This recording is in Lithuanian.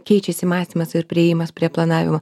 keičiasi mąstymas ir priėjimas prie planavimo